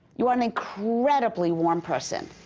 you are an incredibly warm person.